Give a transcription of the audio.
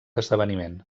esdeveniment